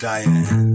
Diane